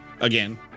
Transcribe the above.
again